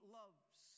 loves